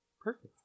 perfect